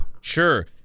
Sure